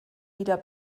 wieder